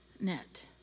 net